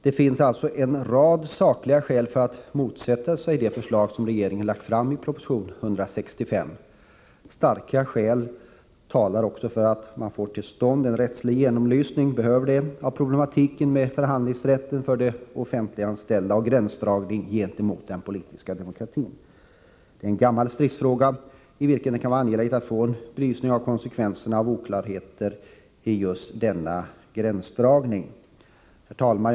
Det finns alltså en rad sakliga skäl för att motsätta sig det förslag som regeringen lagt fram i proposition 165. Starka skäl talar också för att man behöver få till stånd en rättslig genomlysning av problematiken med förhandlingsrätten för de offentligt anställda och gränsdragningen gentemot den politiska demokratin. Det är en gammal stridsfråga, och det kan vara angeläget att få en belysning av konsekvenserna av oklarheter i just denna gränsdragning. Herr talman!